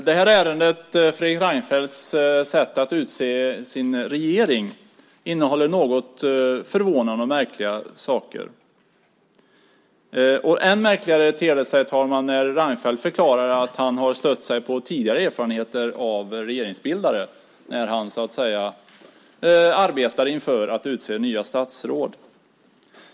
Herr talman! Ärendet om Fredrik Reinfeldts sätt att utse regering innehåller några förvånande och märkliga saker. Ännu märkligare ter det sig, herr talman, när Reinfeldt förklarar att han har stött sig på tidigare erfarenheter hos regeringsbildare när han arbetade för att utse nya statsråd.